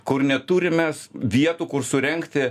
kur neturim mes vietų kur surengti